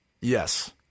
Yes